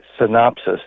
synopsis